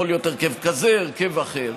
יכול להיות הרכב כזה או הרכב אחר,